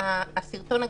הסרטון הגזעני,